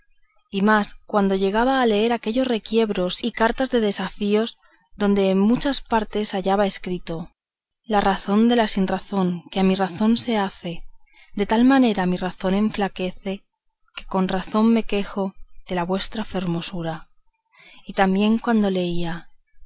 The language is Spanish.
y más cuando llegaba a leer aquellos requiebros y cartas de desafíos donde en muchas partes hallaba escrito la razón de la sinrazón que a mi razón se hace de tal manera mi razón enflaquece que con razón me quejo de la vuestra fermosura y también cuando leía